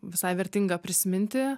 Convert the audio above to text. visai vertinga prisiminti